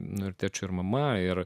nu tėčiu ir mama ir